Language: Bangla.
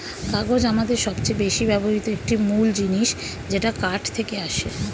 কাগজ আমাদের সবচেয়ে বেশি ব্যবহৃত একটি মূল জিনিস যেটা কাঠ থেকে আসে